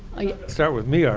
start with me, are